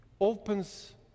opens